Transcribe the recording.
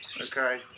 okay